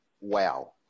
wow